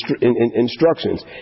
instructions